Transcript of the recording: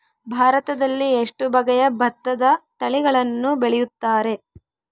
ಭಾರತದಲ್ಲಿ ಎಷ್ಟು ಬಗೆಯ ಭತ್ತದ ತಳಿಗಳನ್ನು ಬೆಳೆಯುತ್ತಾರೆ?